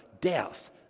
death